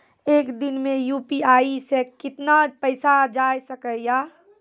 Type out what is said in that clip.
एक दिन मे यु.पी.आई से कितना पैसा जाय सके या?